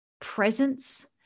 presence